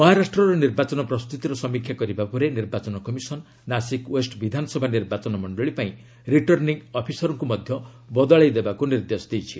ମହାରାଷ୍ଟ୍ରର ନିର୍ବାଚନ ପ୍ରସ୍ତୁତିର ସମୀକ୍ଷା କରିବା ପରେ ନିର୍ବାଚନ କମିଶନ୍ ନାସିକ୍ ଓ୍ବେଷ୍ଟ ବିଧାନସଭା ନିର୍ବାଚନ ମଣ୍ଡଳୀ ପାଇଁ ରିଟର୍ଣ୍ଣିଂ ଅଫିସରଙ୍କ ମଧ୍ୟ ବଦଳାଇ ଦେବାକୁ ନିର୍ଦ୍ଦେଶ ଦେଇଛି